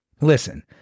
Listen